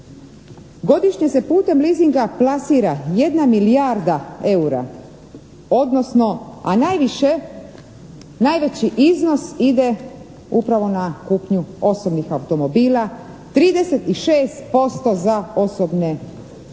Godišnje se putem leasinga plasira jedna milijarda eura a najviše, najveći iznos ide upravo na kupnju osobnih automobila, 36% za osobna vozila,